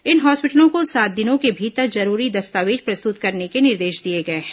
इन हॉस्पिटलों को सात दिनों के भीतर जरूरी दस्तावेज प्रस्तुत करने के निर्देश दिए गए हैं